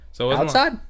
Outside